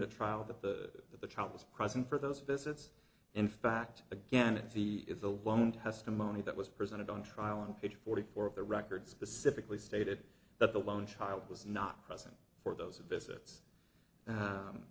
at trial that the child was present for those visits in fact again if he is alone testimony that was presented on trial in page forty four of the records specifically stated that the loan child was not present for those visit